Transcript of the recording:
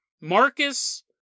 Marcus